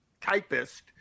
typist